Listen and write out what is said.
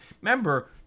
Remember